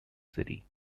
city